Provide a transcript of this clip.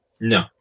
no